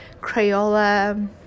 Crayola